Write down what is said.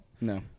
no